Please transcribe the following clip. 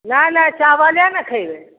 नहि नहि चावले ने खएबै